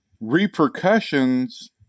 repercussions